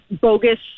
bogus